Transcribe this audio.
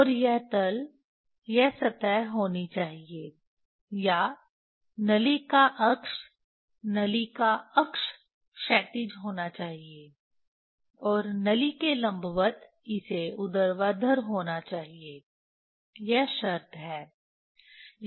और यह तल यह सतह होनी चाहिए या नली का अक्ष नली का अक्ष क्षैतिज होना चाहिए और नली के लंबवत इसे ऊर्ध्वाधर होना चाहिए यह शर्त है